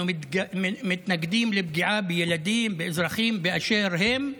אנחנו מתנגדים לפגיעה בילדים, באזרחים באשר הם,